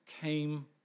came